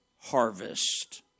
harvest